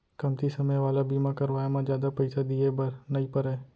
कमती समे वाला बीमा करवाय म जादा पइसा दिए बर नइ परय